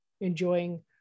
Enjoying